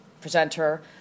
Presenter